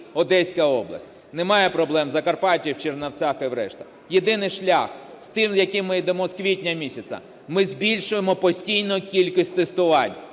Одеська область. Немає проблем в Закарпаття, у Чернівців і у решти. Єдиний шлях – той, з яким ми йдемо з квітня місяця, - ми збільшуємо постійно кількість тестувань,